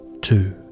two